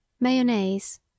Mayonnaise